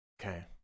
Okay